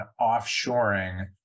offshoring